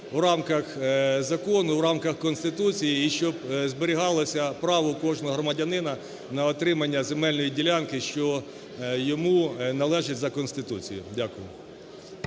в рамках закону, в рамках Конституції і щоб зберігалося право кожного громадянина на отримання земельної ділянки, що йому належить за Конституцією. Дякую.